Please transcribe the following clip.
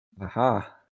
Aha